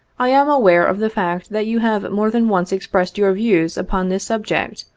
i am aware of the fact that you have more than once expressed your views upon this subject,